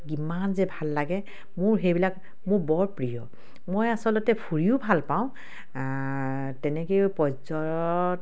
কিমান যে ভাল লাগে মোৰ সেইবিলাক মোৰ বৰ প্ৰিয় মই আচলতে ফুৰিও ভালপাওঁ তেনেকৈয়ে পৰ্য